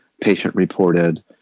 patient-reported